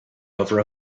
over